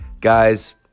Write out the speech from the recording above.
guys